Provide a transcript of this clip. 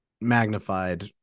magnified